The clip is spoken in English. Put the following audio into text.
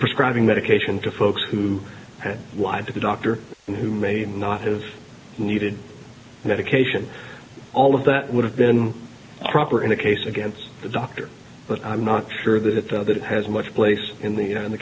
prescribing medication to folks who had lied to the doctor and who may not have needed medication all of that would have been proper in a case against the doctor but i'm not sure that that has much place in the in the